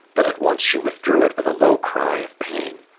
but at once she withdrew it with a low cry of pain.